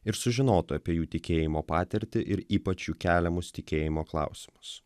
ir sužinotų apie jų tikėjimo patirtį ir ypač jų keliamus tikėjimo klausimus